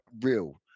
real